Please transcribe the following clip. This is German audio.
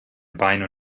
beine